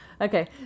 Okay